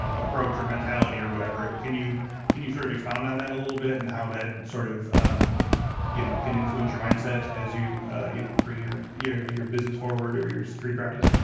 ah approach or mentality or whatever. can you can you sort of expound on that a little bit and how that sort of you know can influence your mindset as you you know bring your your business forward or your security practice?